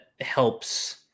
helps